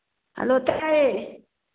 hello ꯇꯥꯏꯌꯦ